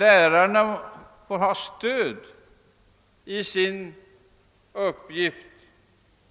Lärarna måste erhålla stöd i sin uppgift